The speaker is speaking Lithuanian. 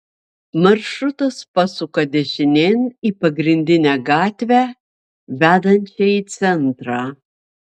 maršrutas pasuka dešinėn į pagrindinę gatvę vedančią į centrą